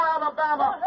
Alabama